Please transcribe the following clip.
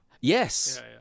Yes